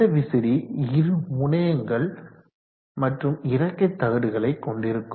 இந்த விசிறி இரு முனையங்கள் மற்றும் இறக்கை தகடுகளை கொண்டிருக்கும்